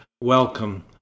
Welcome